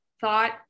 Thought